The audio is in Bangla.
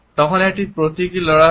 তখন একটি প্রতীকমূলক লড়াই হয়